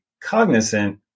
cognizant